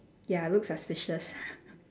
ya look suspicious